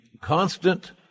constant